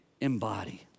embody